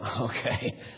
Okay